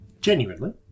Genuinely